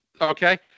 Okay